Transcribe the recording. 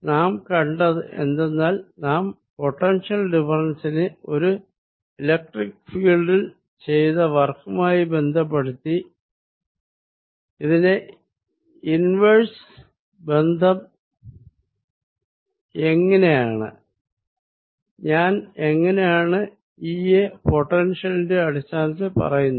നാം കണ്ടത് എന്തെന്നാൽ നാം പൊട്ടൻഷ്യൽ ഡിഫറെൻസിനെ ഒരു ഇലക്ട്രിക്ക് ഫീൽഡിൽ ചെയ്ത വർക്കുമായി ബന്ധപ്പെടുത്തി ഇതിന്റെ ഇൻവേർഴ്സ് ബന്ധം എങ്ങിനെയാണ് ഞാൻ എങ്ങിനെയാണ് E യെ പൊട്ടെൻഷ്യലിന്റെ അടിസ്ഥാനത്തിൽ പറയുന്നത്